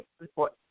report